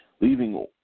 leaving